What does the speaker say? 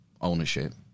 ownership